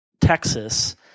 Texas